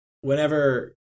whenever